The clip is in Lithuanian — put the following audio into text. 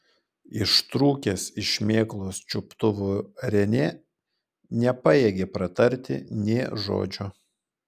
ištrūkęs iš šmėklos čiuptuvų renė nepajėgė pratarti nė žodžio